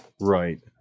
right